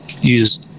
use